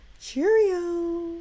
Cheerio